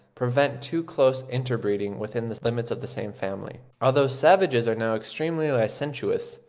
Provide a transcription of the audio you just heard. prevent too close interbreeding within the limits of the same family. although savages are now extremely licentious,